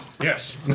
Yes